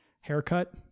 haircut